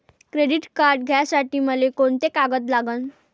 Credit card घ्यासाठी मले कोंते कागद लागन?